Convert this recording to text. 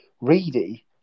Reedy